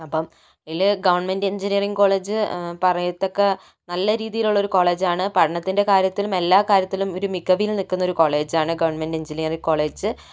അപ്പോൾ അതില് government engineering college പറയത്തക്ക നല്ല രീതിയിലുള്ള ഒരു കോളേജ് ആണ് പഠനത്തിൻ്റെ കാര്യത്തിലും എല്ലാ കാര്യത്തിലും ഒരു മികവിൽ നിൽക്കുന്ന ഒരു കോളേജാണ് ഗവൺമെൻറ് എഞ്ചിനീയറിങ് കോളേജ്